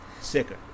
sicker